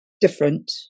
different